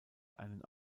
einen